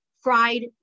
fried